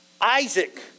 Isaac